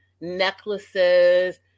necklaces